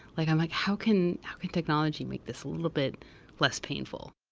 like i'm like, how can how can technology make this a little bit less painful?